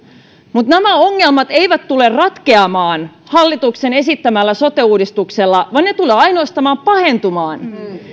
mutta nämä ongelmat eivät tule ratkeamaan hallituksen esittämällä sote uudistuksella vaan ne tulevat ainoastaan pahentumaan